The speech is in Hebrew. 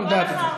את יודעת את זה.